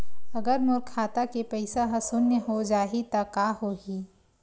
अगर मोर खाता के पईसा ह शून्य हो जाही त का होही?